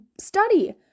study